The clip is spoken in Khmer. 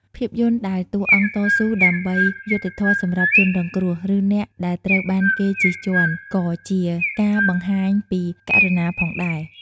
ភាពយន្តដែលតួអង្គតស៊ូដើម្បីយុត្តិធម៌សម្រាប់ជនរងគ្រោះ ឬអ្នកដែលត្រូវបានគេជិះជាន់ ក៏ជាការបង្ហាញពីករុណាផងដែរ។